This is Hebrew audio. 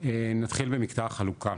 נתחיל במקטע החלוקה,